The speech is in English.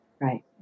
Right